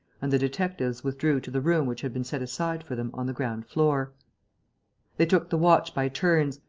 and the detectives withdrew to the room which had been set aside for them on the ground-floor. they took the watch by turns,